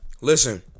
Listen